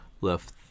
left